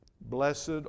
Blessed